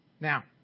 Now